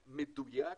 מדויק,